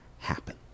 happen